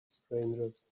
strangers